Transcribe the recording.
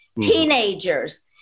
Teenagers